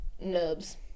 nubs